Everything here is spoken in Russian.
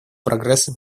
прогресса